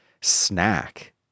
snack